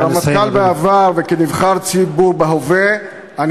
כרמטכ"ל בעבר וכנבחר ציבור בהווה אני